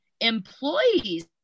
employees